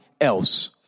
else